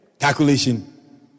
calculation